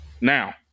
Now